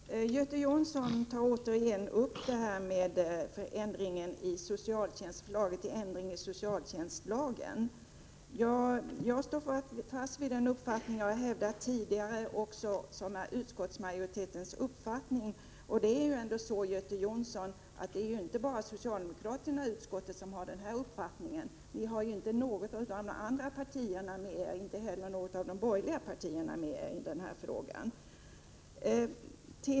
Herr talman! Göte Jonsson tog återigen upp förslaget till ändring i socialtjänstlagen. Jag står fast vid den uppfattning jag har hävdat tidigare, och det är också utskottsmajoritetens uppfattning. Det är ändå så, Göte Jonsson, att det inte är bara socialdemokraterna i utskottet som har denna uppfattning. Ni har ju inte något av de andra borgerliga partierna med er i denna fråga.